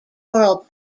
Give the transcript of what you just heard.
choral